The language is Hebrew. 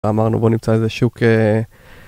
אמרנו בוא נמצא איזה שוק